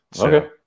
Okay